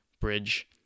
Bridge